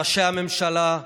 ראשי הממשלה,